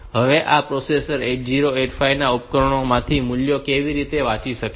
હવે આ પ્રોસેસર 8085 આ ઉપકરણોમાંથી મૂલ્યો કેવી રીતે વાંચી શકે છે